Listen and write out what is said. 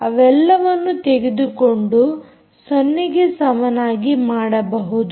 ಅವೆಲ್ಲವನ್ನು ತೆಗೆದುಕೊಂಡು 0ಗೆ ಸಮನಾಗಿ ಮಾಡಬಹುದು